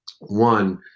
one